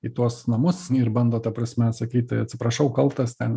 į tuos namus ir bando ta prasme sakyti atsiprašau kaltas ten